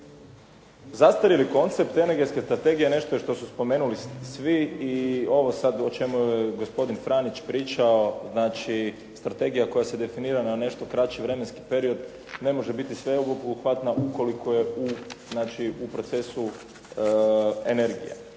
Zastarjeli koncept energetske strategije je nešto što su spomenuli svi i ovo o čemu je gospodin Franić pričao znači strategija koja se definira na nešto kraći vremenski period ne može biti sveobuhvatna ukoliko je u procesu energije.